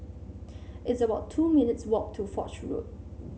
it's about two minutes' walk to Foch Road